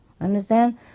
Understand